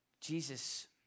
Jesus